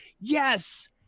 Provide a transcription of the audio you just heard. yes